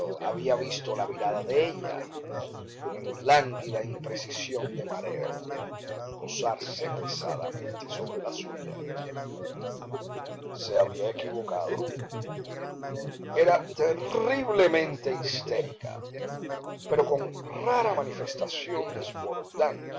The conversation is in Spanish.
había visto la mirada de ella en lánguida imprecisión de mareo posarse pesadamente sobre la suya se había equivocado era terriblemente histérica pero con rara manifestación desbordante